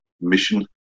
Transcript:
mission